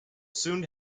soon